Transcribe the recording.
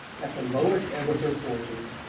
at the lowest ebb of her fortunes,